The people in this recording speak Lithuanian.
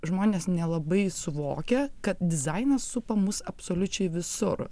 žmonės nelabai suvokia kad dizainas supa mus absoliučiai visur